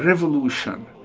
revolution,